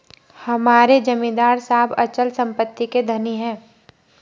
हमारे जमींदार साहब अचल संपत्ति के धनी हैं